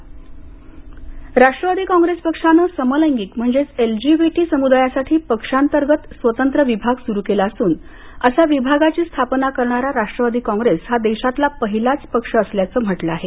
LGBT Rashtrawadi Congress पक्षानं समलैंगिक म्हणजेच एलजीबीटी समुदायासाठी पक्षांतर्गत स्वतंत्र विभाग सुरू केला असून अशा विभागाची स्थापना करणारा राष्ट्रवादी कॉंग्रेस हा देशातला पहिलाच पक्ष असल्याचं म्हटलं आहे